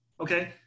Okay